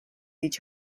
each